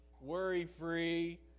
worry-free